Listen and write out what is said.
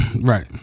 Right